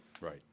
Right